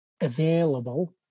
available